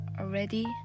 already